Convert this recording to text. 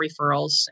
referrals